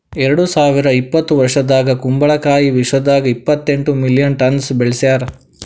ಎರಡು ಸಾವಿರ ಇಪ್ಪತ್ತು ವರ್ಷದಾಗ್ ಕುಂಬಳ ಕಾಯಿ ವಿಶ್ವದಾಗ್ ಇಪ್ಪತ್ತೆಂಟು ಮಿಲಿಯನ್ ಟನ್ಸ್ ಬೆಳಸ್ಯಾರ್